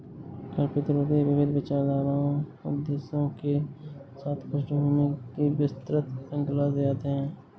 कर प्रतिरोधी विविध विचारधाराओं उद्देश्यों के साथ पृष्ठभूमि की विस्तृत श्रृंखला से आते है